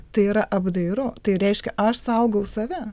tai yra apdairu tai reiškia aš saugau save